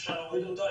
אפשר להוריד אותה,